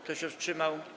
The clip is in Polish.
Kto się wstrzymał?